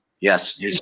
Yes